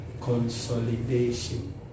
consolidation